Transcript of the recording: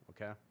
okay